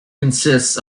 consists